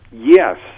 Yes